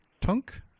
tunk